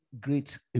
great